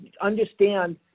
understand